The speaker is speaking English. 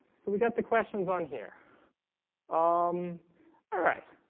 so we got the questions on here um all right,